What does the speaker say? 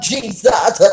Jesus